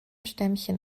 stämmchen